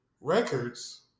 records